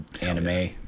anime